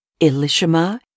Elishama